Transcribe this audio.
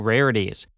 Rarities